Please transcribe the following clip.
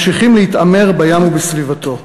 ממשיכים להתעמר בים ובסביבתו.